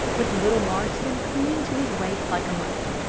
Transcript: with little marston clinging to his waist like a monkey.